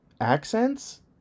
accents